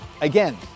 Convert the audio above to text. again